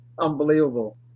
Unbelievable